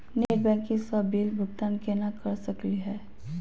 Net banking स bill भुगतान केना कर सकली हे?